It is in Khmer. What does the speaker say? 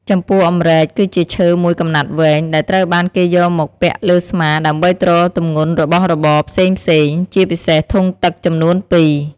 ចំពោះអម្រែក គឺជាឈើមួយកំណាត់វែង ដែលត្រូវបានគេយកមកពាក់លើស្មា ដើម្បីទ្រទម្ងន់របស់របរផ្សេងៗ ជាពិសេសធុងទឹកចំនួនពីរ។